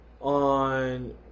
on